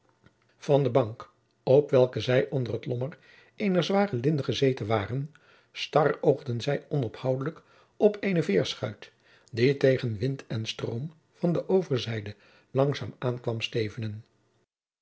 van de bank op welke zij onder het lommer eener zware linde gezeten waren staroogden zij onophoudelijk op eene veerschuit die tegen wind en stroom van de overzijde langzaam aan kwam stevenen